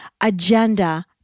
agenda